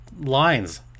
lines